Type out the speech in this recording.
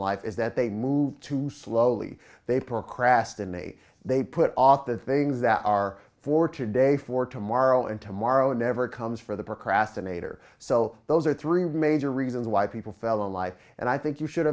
life is that they move too slowly they procrastinate they put off the things that are for today for tomorrow and tomorrow never comes for the procrastinator so those are three major reasons why people felt on life and i think you should